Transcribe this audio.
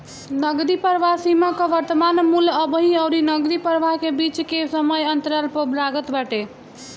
नगदी प्रवाह सीमा कअ वर्तमान मूल्य अबही अउरी नगदी प्रवाह के बीच के समय अंतराल पअ लागत बाटे